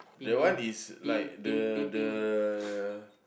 that one is like the the